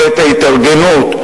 יכולת ההתארגנות,